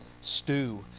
stew